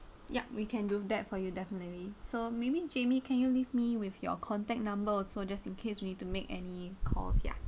yup we can do that for you definitely so maybe jamie can you leave me with your contact number also just in case we have to make any calls yeah